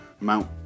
Mount